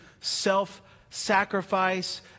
self-sacrifice